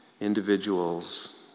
individuals